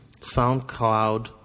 SoundCloud